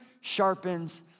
sharpens